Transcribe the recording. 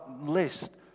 list